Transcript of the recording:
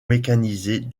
mécanisée